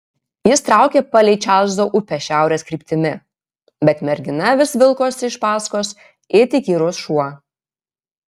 jis traukė palei čarlzo upę šiaurės kryptimi bet mergina vis vilkosi iš paskos it įkyrus šuo